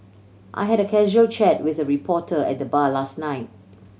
I had a casual chat with a reporter at the bar last night